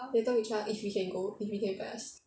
later we try lor if we can go if we can first